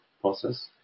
process